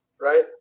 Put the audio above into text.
right